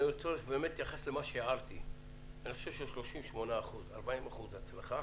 אני חושב ש38% הצלחה,